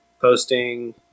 posting